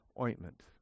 ointment